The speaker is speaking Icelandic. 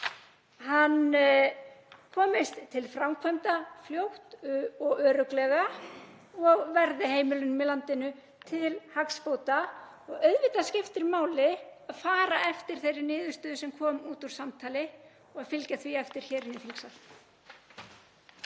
hún komist til framkvæmda fljótt og örugglega og verði heimilunum í landinu til hagsbóta. Auðvitað skiptir máli að fara eftir þeirri niðurstöðu sem kom út úr samtali og fylgja því eftir hér í þingsal.